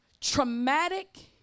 traumatic